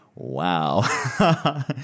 Wow